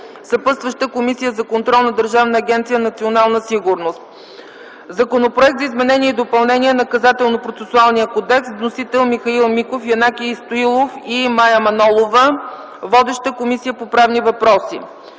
Съпътстваща е Комисията за контрол на Държавна агенция „Национална сигурност”. Законопроект за изменение и допълнение на Наказателно-процесуалния кодекс. Вносители са Михаил Миков, Янаки Стоилов и Мая Манолова. Водеща е Комисията по правни въпроси.